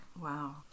Wow